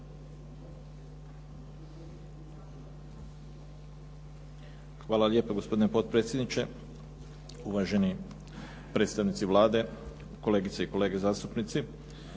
Hvala lijepa, gospodine potpredsjedniče. Uvaženi predstavnici Vlade. Kolegice i kolege zastupnici.